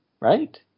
Right